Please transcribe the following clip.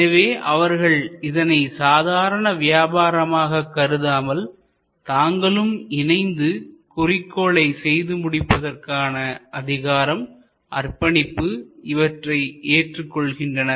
எனவே அவர்கள் இதனை சாதாரண வியாபாரமாக கருதாமல் தாங்களும் இணைந்து குறிக்கோளை செய்து முடிப்பதற்கான அதிகாரம் அர்ப்பணிப்பு இவற்றை ஏற்றுக்கொள்கின்றனர்